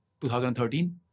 2013